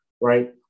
right